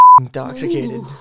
intoxicated